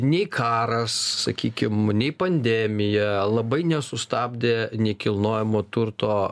nei karas sakykim nei pandemija labai nesustabdė nekilnojamo turto